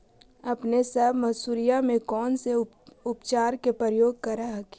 अपने सब मसुरिया मे कौन से उपचार के प्रयोग कर हखिन?